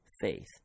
faith